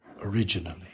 originally